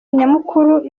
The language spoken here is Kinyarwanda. nyamukuru